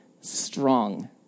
strong